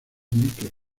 indique